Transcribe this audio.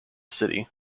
city